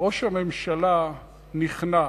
ראש הממשלה נכנע,